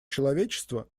человечества